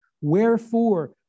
wherefore